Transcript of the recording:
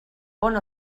bon